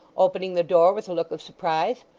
opening the door with a look of surprise.